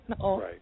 right